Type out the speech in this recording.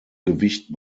gewicht